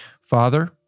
Father